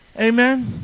Amen